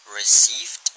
received